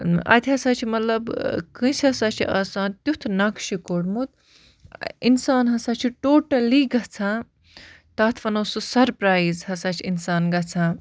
اَتہِ ہَسا چھِ مطلب کٲنٛسہِ ہَسا چھُ آسان تیُتھ نَقشہِ کوٚڑمُت اِنسان ہَسا چھُ ٹوٹلی گَژھان تَتھ وَنو سُہ سَرپرایِز ہَسا چھُ اِنسان گَژھان